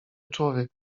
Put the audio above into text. człowiek